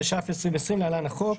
התש"ף-2020 (להלן, החוק),